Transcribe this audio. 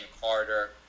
Carter